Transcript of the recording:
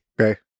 Okay